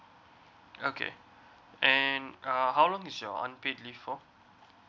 okay and uh how long is your unpaid leave for